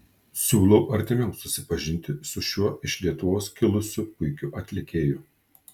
siūlau artimiau susipažinti su šiuo iš lietuvos kilusiu puikiu atlikėju